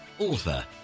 author